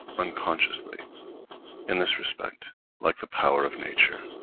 unconsciously in this respect like the power of nature.